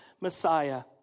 Messiah